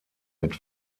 mit